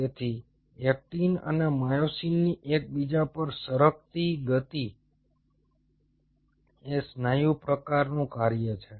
તેથી એક્ટિન અને માયોસિનની એક બીજા પર સરકતી ગતિ એ સ્નાયુ પ્રકારનું કાર્ય છે